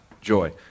joy